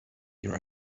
your